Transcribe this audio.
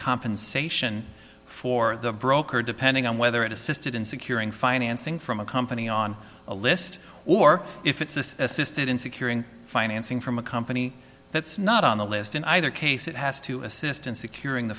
compensation for the broker depending on whether it assisted in securing financing from a company on a list or if it's this assisted in securing financing from a company that's not on the list in either case it has to assist in securing the